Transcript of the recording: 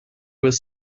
was